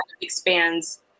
expands